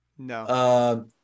No